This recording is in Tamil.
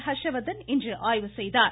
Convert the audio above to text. ஹ்ஷ்வர்தன் இன்று ஆய்வு செய்தார்